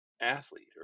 athlete